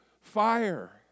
fire